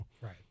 right